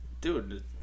Dude